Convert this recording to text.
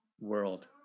world